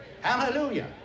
Hallelujah